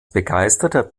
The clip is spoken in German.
begeisterter